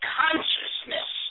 consciousness